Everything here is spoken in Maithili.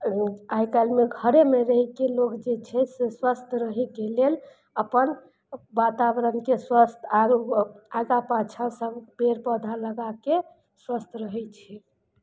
आइ काल्हिमे घरेमे रहिके लोग जे छै से स्वस्थ रहयके लेल अपन वातावरणके स्वस्थ आगा पाछा सब पेड़ पौधा लगाके स्वस्थ रहय छै